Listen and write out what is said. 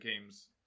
games